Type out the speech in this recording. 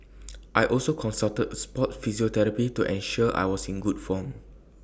I also consulted A Sport physiotherapist to ensure I was in good form